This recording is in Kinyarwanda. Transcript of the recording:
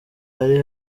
ari